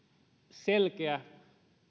selkeä